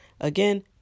again